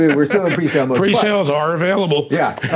we're still in pre-sale mode. pre-sales are available. yeah